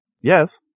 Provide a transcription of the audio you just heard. yes